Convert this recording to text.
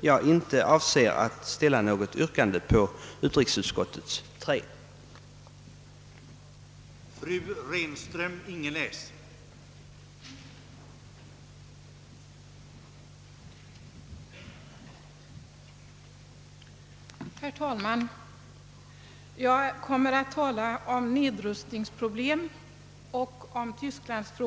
jag inte avser att ställa något yrkande då utrikesutskottets utlåtande nr 3 företages till avgörande.